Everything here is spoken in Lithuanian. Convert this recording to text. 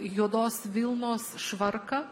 juodos vilnos švarką